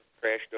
crashed